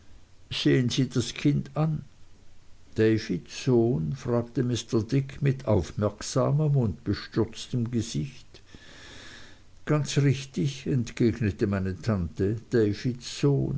sehen sie das kind an davids sohn fragte mr dick mit aufmerksamem und bestürztem gesicht ganz richtig entgegnete meine tante davids